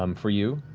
um for you?